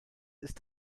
ist